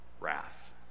wrath